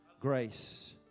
grace